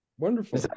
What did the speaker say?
Wonderful